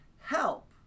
help